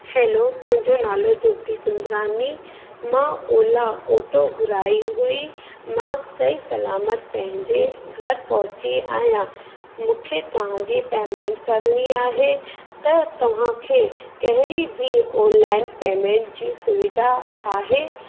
hello मुंहिंजो नालो ज्योति सुंदरानी मां ओला ऑटो घुराई हुई मां सही सलामत पंहिंजे घर पहुती आहियां मूंखे तव्हांजी पेमेंट करणी आहे त तव्हांखे कहिड़ी बि ऑनलाइन पेमेंट जी सुविधा आहे